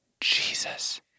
Jesus